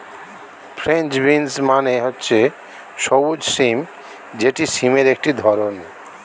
French beans মানে হচ্ছে সবুজ সিম যেটি সিমের একটি ধরণ